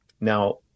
Now